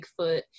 Bigfoot